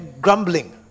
grumbling